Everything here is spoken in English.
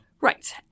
Right